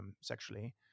sexually